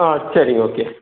ஆ சரிங்க ஓகே